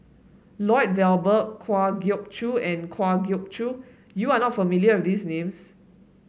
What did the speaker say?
Lloyd Valberg Kwa Geok Choo and Kwa Geok Choo you are not familiar with these names